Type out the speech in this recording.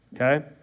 okay